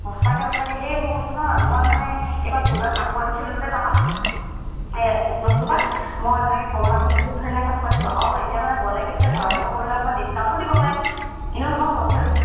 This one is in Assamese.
সঁচাকৈ সঁচাকৈ সেই মই কৈছো নহয় মই মানে এইবাৰ পূজাত কাপোৰ আনিছিলোঁ যে তাৰপৰা এই ৰাধা ক্লথ ষ্টৰ পৰা মই তেনেকৈ কম দামতে বহুত ধুনীয়া ধুনীয়া কাপোৰ পাইছোঁ আৰু এতিয়া মানে গ'লে কি যদি সৰহকৈ কাপোৰ ল'লে অকণমান ডিছকাউণ্টো দিব পাৰে এনেও সেইখন হ'লচেলৰ